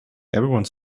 everyone